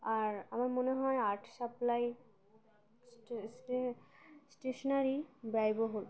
আর আমার মনে হয় আর্ট সাপ্লাই স্টেশ স্টেশনারি ব্যয়বহুল